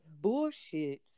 bullshit